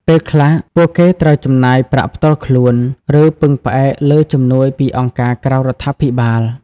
ពេលខ្លះ ពួកគេត្រូវចំណាយប្រាក់ផ្ទាល់ខ្លួន ឬពឹងផ្អែកលើជំនួយពីអង្គការក្រៅរដ្ឋាភិបាល។